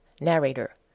narrator